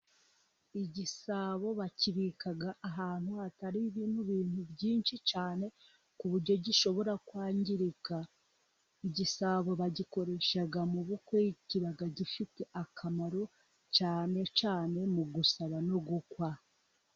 Igisabo bakika ahantu hatari ibindi bintu byinshi cyane ku buryo gishobora kwangirika, igisabo bagikoresha mu bukwe, kiba gifite akamaro cyane cyane mu gusaba no gukwa.